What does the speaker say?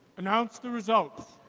announce the results.